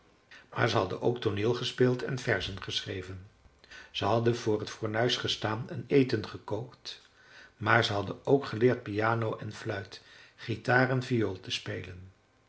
maar ze hadden ook tooneelgespeeld en verzen geschreven ze hadden voor t fornuis gestaan en eten gekookt maar ze hadden ook geleerd piano en fluit guitaar en viool te spelen